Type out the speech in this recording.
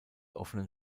offenen